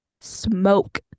Smoke